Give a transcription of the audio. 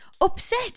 upset